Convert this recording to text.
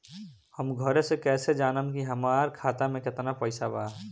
हम घरे से कैसे जानम की हमरा खाता मे केतना पैसा बा?